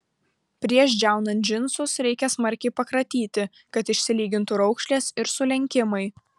prieš džiaunant džinsus reikia smarkiai pakratyti kad išsilygintų raukšlės ir sulenkimai